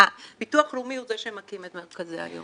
ביטוח לאומי הוא זה שמקים את מרכזי היום.